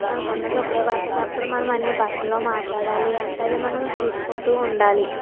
మనకు ఉన్నది ఒకే భాష అయినప్పుడు మనం అన్ని భాషలలో మాట్లాడాలి అంటే అది మనం చూసుకుంటు ఉండాలి